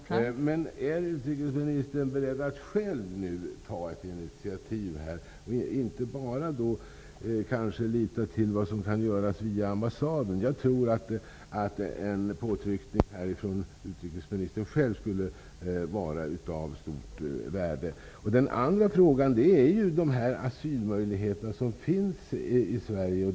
Fru talman! Är utrikesministern beredd att nu själv ta initiativ och inte bara lita till vad som kan göras via ambassaden? Jag tror att en påtryckning från utrikesministern själv skulle vara av stort värde. Den andra frågan gäller de asylmöjligheter som finns i Sverige.